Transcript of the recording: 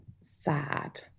sad